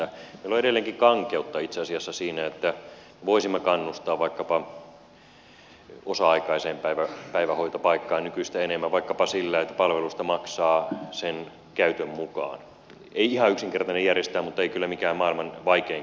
meillä on edelleenkin kankeutta itse asiassa siinä että voisimme kannustaa vaikkapa osa aikaiseen päivähoitopaikkaan nykyistä enemmän vaikkapa sillä että palvelusta maksaa sen käytön mukaan ei ihan yksinkertainen järjestää mutta ei kyllä mikään maailman vaikeinkaan rasti